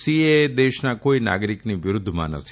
CAA દેશના કોઈ નાગરિકની વિરુદ્વમાં નથી